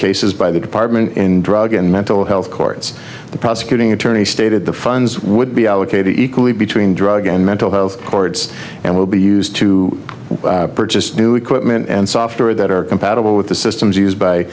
cases by the department in drug and mental health courts the prosecuting attorney stated the funds would be allocated equally between drug and mental health cords and would be used to purchase new equipment and software that are compatible with the systems used by